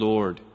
Lord